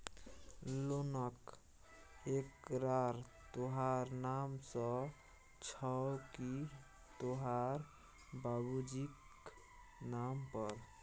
लोनक एकरार तोहर नाम सँ छौ की तोहर बाबुजीक नाम पर